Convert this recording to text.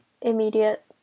immediate